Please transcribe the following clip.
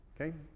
Okay